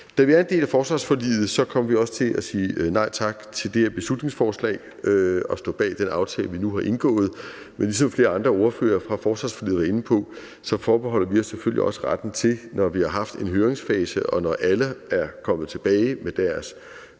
Da vi er en del af forsvarsforliget, kommer vi også til at sige nej tak til det her beslutningsforslag. Vi står bag den aftale, vi nu har indgået, men ligesom flere andre ordførere fra forsvarsforliget er inde på, forbeholder vi os selvfølgelig også retten til, når vi har haft en høringsfase, og når alle er kommet tilbage med deres